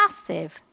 massive